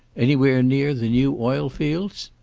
anywhere near the new oil fields?